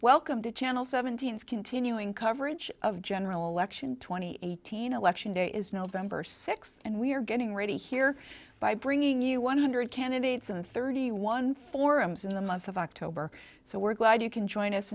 welcome to channel seventeen is continuing coverage of general election twenty eighteen election day is november sixth and we are getting ready here by bringing you one hundred candidates in thirty one forums in the month of october so we're glad you can join us